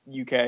UK